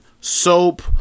soap